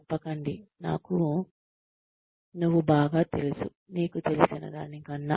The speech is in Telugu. చెప్పకండి నాకు నువు బాగా తెలుసు నీకు తెలిసినదానికన్నా